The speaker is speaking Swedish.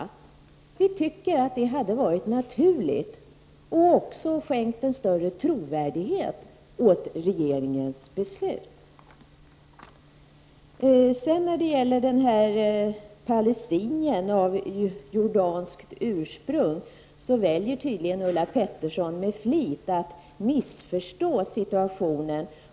Vi tycker att det hade varit naturligt, och det skulle också ha skänkt en större trovärdighet åt regeringens beslut. När det sedan gäller denne palestinier av jordanskt ursprung, så väljer Ulla Pettersson tydligen med flit att missförstå situationen.